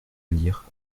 lire